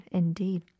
indeed